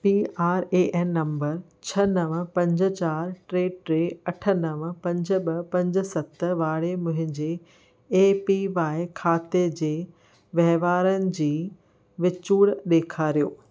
P R A N number छह नव पंज चार टे टे अठ नव पंज ब॒ पंज सत वारे मुंहिंजे ए पी वाइ ख़ाते जे वहिंवारनि जी विचूर ॾेखारियो